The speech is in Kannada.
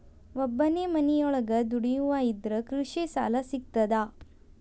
ಒಬ್ಬನೇ ಮನಿಯೊಳಗ ದುಡಿಯುವಾ ಇದ್ರ ಕೃಷಿ ಸಾಲಾ ಸಿಗ್ತದಾ?